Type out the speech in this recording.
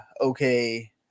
okay